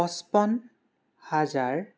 পঁচপন্ন হাজাৰ